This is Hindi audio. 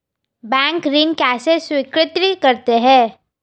बैंक ऋण कैसे स्वीकृत करते हैं?